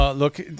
Look